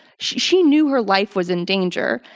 she she knew her life was in danger,